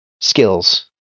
skills